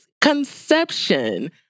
Conception